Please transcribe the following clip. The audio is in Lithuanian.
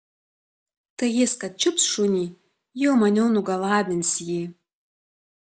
tai jis kad čiups šunį jau maniau nugalabins jį